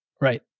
Right